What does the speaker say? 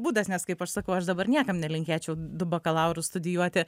būdas nes kaip aš sakau aš dabar niekam nelinkėčiau du bakalaurus studijuoti